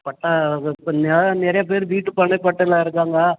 பட்டா இப்போ நெ நிறையாப்பேர் வீட்டு பட்டா இல்லாத இருக்காங்க